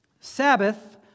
Sabbath